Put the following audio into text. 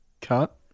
Cut